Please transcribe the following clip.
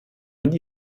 und